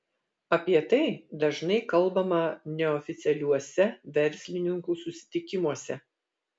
apie tai dažnai kalbama neoficialiuose verslininkų susitikimuose